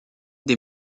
des